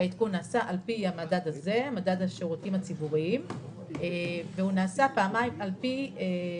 שהעדכון נעשה על פי מדד השירותים הציבוריים פעמיים בשנה,